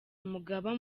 umugaba